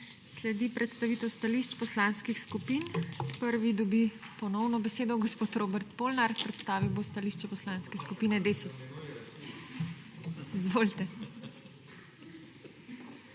Sledi predstavitev stališč poslanskih skupin. Prvi dobi ponovno besedo gospod Robert Polnar. Predstavil bo stališče Poslanske skupine Desus. Izvolite.